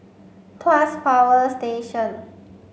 Tuas Power Station